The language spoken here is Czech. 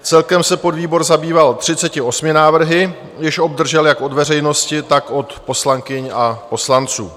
Celkem se podvýbor zabýval 38 návrhy, jež obdržel jak od veřejnosti, tak od poslankyň a poslanců.